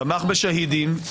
תמך בשהידים.